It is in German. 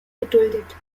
geduldet